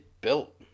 built